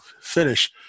finish